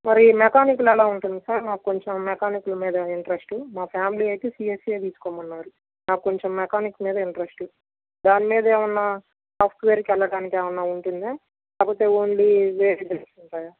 మరి మెకానికల్ ఎలా ఉంటుంది సార్ నాకొంచెం మెకానికల్ మీద ఇంట్రస్ట్ మా ఫ్యామిలీ అయితే సిఎస్సి ఏ తీస్కోమన్నారు నాకొంచెం మెకానిక్ మిద ఇంట్రస్ట్ దానిమీద ఏమన్నా సాఫ్ట్వేర్కి వెళ్ళడానికి ఏమన్నా ఉంటుందా లేపోతే ఓన్లీ ఇవే ఉంటాయ